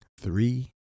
three